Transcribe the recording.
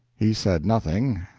he said nothing,